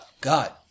God